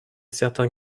certains